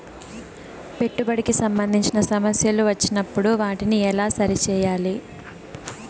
పెట్టుబడికి సంబంధించిన సమస్యలు వచ్చినప్పుడు వాటిని ఎలా సరి చేయాలి?